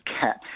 cat